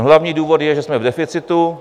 Hlavní důvod je, že jsme v deficitu.